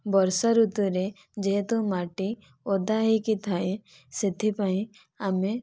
ବର୍ଷା ଋତୁରେ ଯେହେତୁ ମାଟି ଓଦା ହୋଇକି ଥାଏ ସେଥିପାଇଁ ଆମେ